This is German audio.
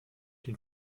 den